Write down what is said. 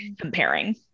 comparing